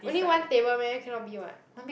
only one table meh cannot be [what]